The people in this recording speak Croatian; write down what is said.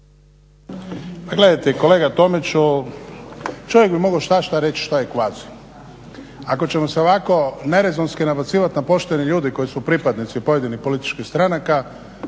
gledajte, kolega Tomiću, čovjek bi mogao svašta reći što je kvazi. Ako ćemo se ovako nerezonski dobacivati na poštene ljude koji su pripadnici pojedinih političkih stranaka,